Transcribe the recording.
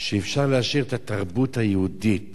שאפשר להשאיר את התרבות היהודית